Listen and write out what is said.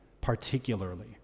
particularly